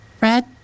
Red